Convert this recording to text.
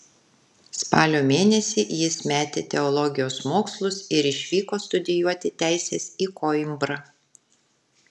spalio mėnesį jis metė teologijos mokslus ir išvyko studijuoti teisės į koimbrą